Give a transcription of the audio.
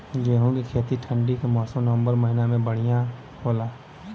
गेहूँ के खेती ठंण्डी के मौसम नवम्बर महीना में बढ़ियां होला?